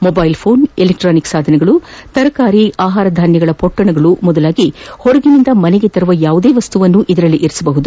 mobile phone electronic ಸಾಧನಗಳು ತರಕಾರಿ ಆಹಾರ ಧಾನ್ಯದ ಪೊಟ್ಟಣ ಮೊದಲಾಗಿ ಹೊರಗಿನಿಂದ ಮನೆಗೆ ತರುವ ಯಾವುದೇ ವಸ್ತುವನ್ನು ಇದರಲ್ಲಿರಿಸಬಹುದು